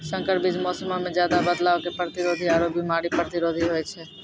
संकर बीज मौसमो मे ज्यादे बदलाव के प्रतिरोधी आरु बिमारी प्रतिरोधी होय छै